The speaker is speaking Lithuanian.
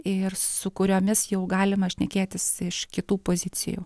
ir su kuriomis jau galima šnekėtis iš kitų pozicijų